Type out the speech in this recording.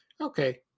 Okay